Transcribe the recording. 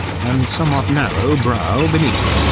and somewhat narrow brow beneath.